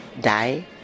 die